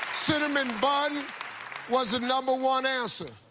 cinnamon bun was the number one answer.